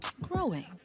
Growing